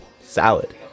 salad